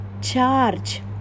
charge